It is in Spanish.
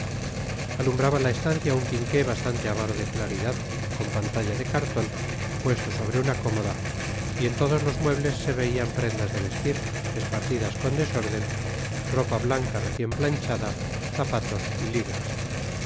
alumbraba la estancia un quinqué bastante avaro de claridad con pantalla de cartón puesto sobre una cómoda y en todos los muebles se veían prendas de vestir esparcidas con desorden ropa blanca recién planchada zapatos y ligas